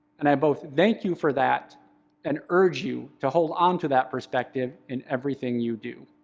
and i both thank you for that and urge you to hold on to that perspective in everything you do.